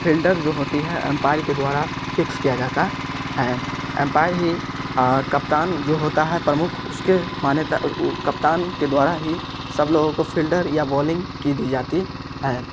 fielder जो होती है एम्पायर के द्वारा फिक्स किया जाता है एम्पायर ही कप्तान जो होता है प्रमुख उसके मान्यता कप्तान के द्वारा ही सब लोगों को फिल्डर या बॉलिंग की दी जाती है